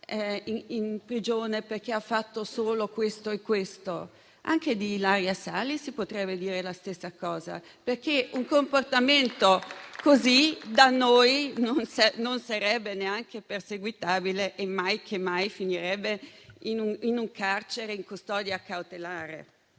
in Iran perché ha fatto solo questo e quest'altro, ma anche di Ilaria Salis si potrebbe dire la stessa cosa, perché un comportamento così da noi non sarebbe neanche perseguibile e men che mai si finirebbe in un carcere in custodia cautelare.